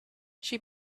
she